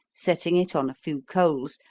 setting it on a few coals,